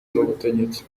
n’ubutegetsi